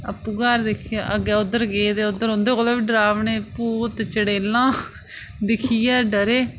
आपूं घर अग्गै उद्धर गे ते उद्धर उंदे कोला बी डरावने भूत चुड़ैलां दिक्खियै डरे